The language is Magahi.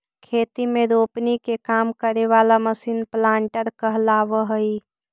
खेती में रोपनी के काम करे वाला मशीन प्लांटर कहलावऽ हई